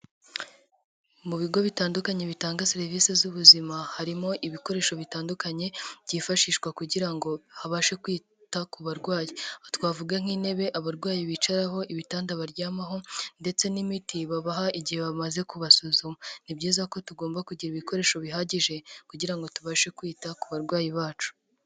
Mu bigo bitandukanye bitanga serivisi z'ubuzima harimo ibikoresho bitandukanye byifashishwa kugira ngo habashe kwita ku barwayi ba twavuga nk'intebe, abarwayi bicaraho, ibitanda baryamaho ndetse, n'imiti babaha igihe bamaze kubasuzuma. ni byiza ko tugomba kugira ibikoresho bihagije kugira ngo tubashe kwita ku barwayi bacu.